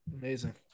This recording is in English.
Amazing